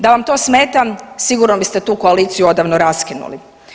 Da vam to smeta sigurno biste tu koaliciju odavno raskinuli.